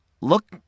Look